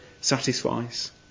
satisfies